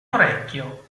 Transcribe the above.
orecchio